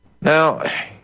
Now